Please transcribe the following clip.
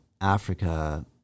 Africa